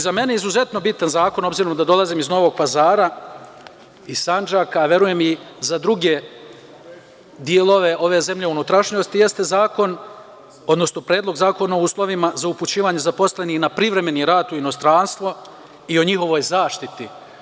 Za mene je izuzetno bitan zakon, obzirom da dolazim iz Novog Pazara, iz Sandžaka, verujem i za druge delove ove zemlje i unutrašnjosti, jeste zakon, odnosno Predlog zakona o uslovima za upućivanje zaposlenih na privremeni rad u inostranstvo i o njihovoj zaštiti.